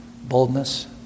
boldness